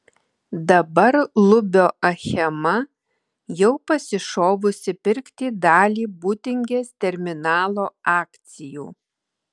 dabar lubio achema jau pasišovusi pirkti dalį būtingės terminalo akcijų